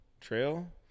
trail